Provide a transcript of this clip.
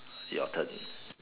your turn